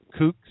kooks